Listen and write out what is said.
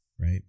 right